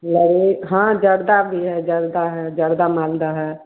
लले हँ जर्दा भी है जर्दा है जर्दा मालदा है